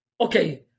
okay